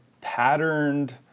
patterned